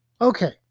Okay